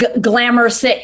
glamorous